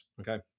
okay